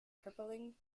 crippling